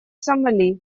сомали